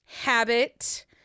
habit